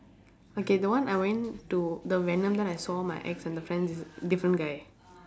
okay the one I went to the venom then I saw my ex and the friends is different guy